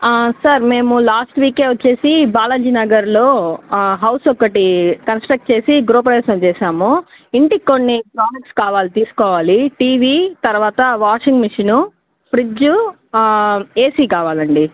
sir మేము last వీకే వచ్చేసి బాలాజీ నగర్లో హౌస్ ఒకటి కన్స్ట్రక్ట్ చేసి గృహప్రవేశం చేసాము ఇంటికి కొన్ని ప్రోడక్ట్స్ కావాలి తీసుకోవాలి టీవీ తర్వాత వాషింగ్ మిషను ఫ్రిజ్జు ఏసీ కావాలండి